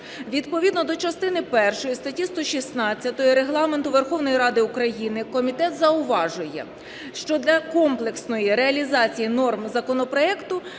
Відповідно до частини першої статті 116 Регламенту Верховної Ради України комітет зауважує, що для комплексної реалізації норм законопроекту